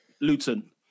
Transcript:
Luton